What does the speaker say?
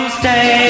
stay